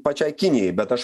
pačiai kinijai bet aš